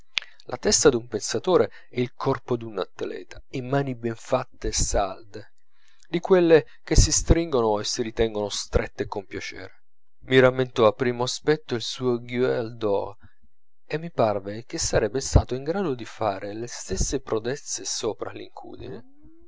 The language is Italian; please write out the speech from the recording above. la testa d'un pensatore e il corpo d'un atleta e mani ben fatte e salde di quelle che si stringono e si ritengono strette con piacere mi rammentò a primo aspetto il suo gueule dor e mi parve che sarebbe stato in grado di fare le stesse prodezze sopra l'incudine